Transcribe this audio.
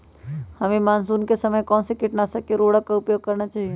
हमें मानसून के समय कौन से किटनाशक या उर्वरक का उपयोग करना चाहिए?